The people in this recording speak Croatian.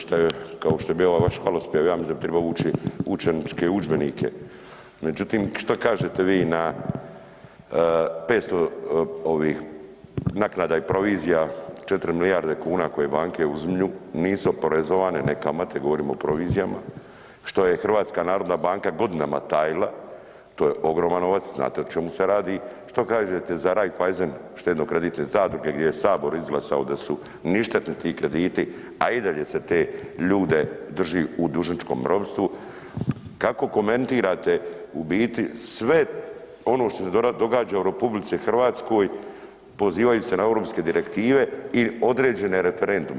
Šta je kao što je bio ovaj vaš hvalospjev, ja mislim da bi trebao ući u učeničke udžbenike međutim što kažete vi na 500 ovih naknada i provizija, 4 milijardi kuna koje banke uzimaju, nisu oporezivane, ne kamate, govorimo o provizijama, što je HNB godinama tajila, to je ogroman novac, znate o čemu se radi, što kažete za Raiffeisen štedno-kreditne zadruge gdje je Sabor izglasao da su ništetni ti krediti a i dalje se te ljude drži u dužničkom ropstvu, kako komentirate u biti sve ono što se događa u RH pozivajući se na europske direktive i određene referendume?